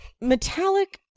metallic